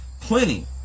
plenty